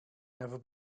never